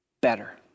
better